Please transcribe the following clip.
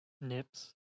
Nips